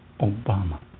Obama